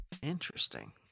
Interesting